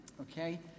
okay